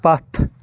پتھ